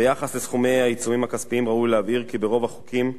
ביחס לסכומי העיצומים הכספיים ראוי להבהיר כי ברוב החוקים,